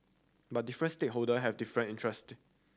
but different stakeholder have different interest